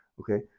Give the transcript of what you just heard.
Okay